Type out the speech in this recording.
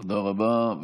תודה רבה,